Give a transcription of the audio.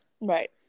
right